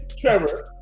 Trevor